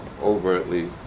overtly